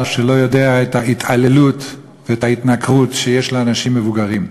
שלא יודע את ההתעללות ואת ההתנכרות לאנשים מבוגרים.